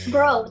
Bro